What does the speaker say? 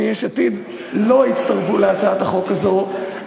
מיש עתיד לא הצטרפו להצעת החוק הזאת,